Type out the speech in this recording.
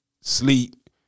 Sleep